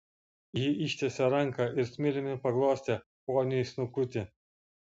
ji ištiesė ranką ir smiliumi paglostė poniui snukutį